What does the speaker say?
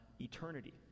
eternity